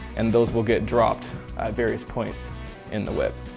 and those will get dropped at various points in the whip.